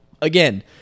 Again